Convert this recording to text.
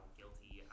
guilty